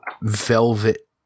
Velvet